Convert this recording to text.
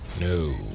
No